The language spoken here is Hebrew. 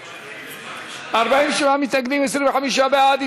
47 מתנגדים, 25 בעד.